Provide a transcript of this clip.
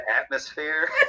atmosphere